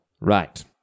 Right